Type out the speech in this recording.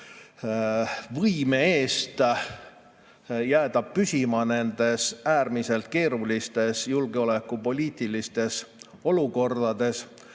võime eest jääda püsima nendes äärmiselt keerulistes julgeolekupoliitilistes olukordades.